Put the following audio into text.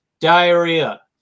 diarrhea